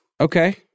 Okay